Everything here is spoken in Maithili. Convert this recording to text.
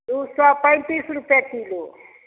दू सए पैंतीस रुपे किलो